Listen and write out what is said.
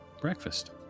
breakfast